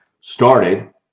started